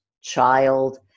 child